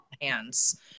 hands